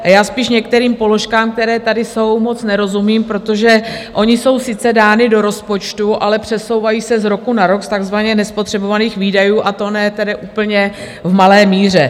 A já spíš některým položkám, které tady jsou, moc nerozumím, protože ony jsou sice dány do rozpočtu, ale přesouvají se z roku na rok z takzvaně nespotřebovaných výdajů, a to ne tedy úplně v malé míře.